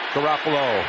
Garoppolo